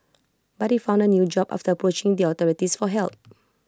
but he found A new job after approaching the authorities for help